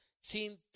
sin